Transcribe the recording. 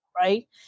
right